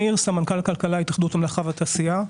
שלום, אני סמנכ"ל כלכלה התאחדות הולכה ותעשייה.